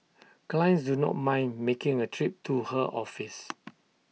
clients do not mind making A trip to her office